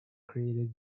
created